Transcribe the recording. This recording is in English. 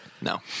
No